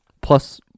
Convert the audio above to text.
plus